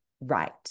right